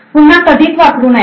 पुन्हा कधीच वापरू नये